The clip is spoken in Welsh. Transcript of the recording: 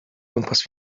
gwmpas